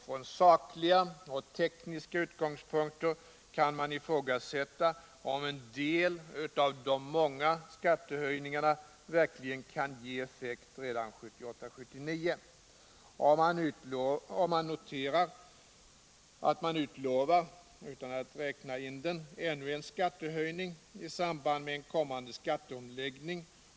Från sakliga och tekniska utgångspunkter kan man ifrågasätta om en del av de många skattehöjningarna verkligen kan ge effekt redan 1978/79. Jag noterar att man utlovar — utan att räkna in den — ännu en skattehöjning i samband med en kommande skatteomläggning.